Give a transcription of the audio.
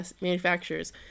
manufacturers